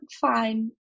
fine